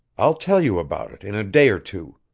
i'll tell you about it in a day or two.